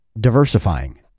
diversifying